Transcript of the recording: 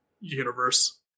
universe